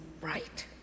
right